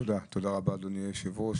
תודה רבה, אדוני היושב ראש.